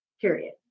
period